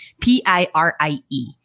P-I-R-I-E